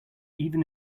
even